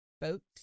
boats